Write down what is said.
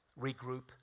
regroup